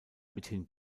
mithin